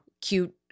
cute